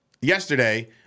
Yesterday